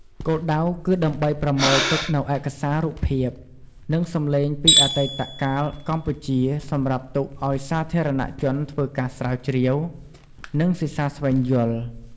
គោលដៅគឺដើម្បីប្រមូលទុកនូវឯកសាររូបភាព និងសំឡេងពីអតីតកាលកម្ពុជា សម្រាប់ទុកឱ្យសាធារណជនធ្វើការស្រាវជ្រាវ និងសិក្សាស្វែងយល់